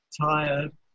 tired